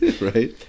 right